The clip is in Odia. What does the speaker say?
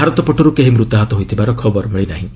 ଭାରତ ପଟରୁ କେହି ମୃତାହତ ହୋଇଥିବାର ଖବର ମିଳିନାହିଁ